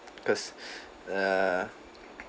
cause err